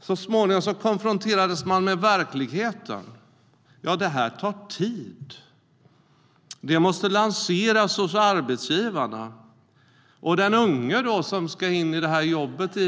Så småningom konfronterades Socialdemokraterna med verkligheten. Löften tar tid. De måste lanseras hos arbetsgivarna. De unga som ska in i